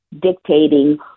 dictating